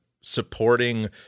supporting